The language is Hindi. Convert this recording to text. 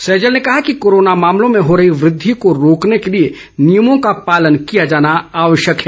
सैजल ने कहा कि कोरोना मामलों में हो रही वृद्धि को रोकने के लिए नियमों का पालन किया जाना आवश्यक है